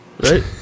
right